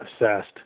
assessed